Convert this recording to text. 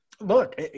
Look